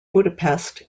budapest